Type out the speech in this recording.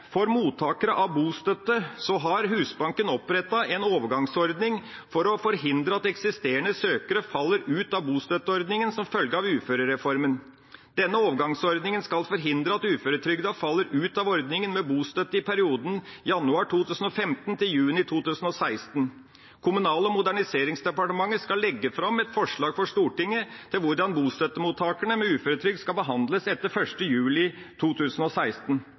Husbanken opprettet en overgangsordning for å forhindre at eksisterende søkere faller ut av bostøtteordninga som følge av uførereformen. Denne overgangsordninga skal forhindre at uføretrygdede faller ut av ordninga med bostøtte i perioden januar 2015 til juni 2016. Kommunal- og moderniseringsdepartementet skal legge fram et forslag for Stortinget til hvordan bostøttemottakerne med uføretrygd skal behandles etter 1. juli 2016.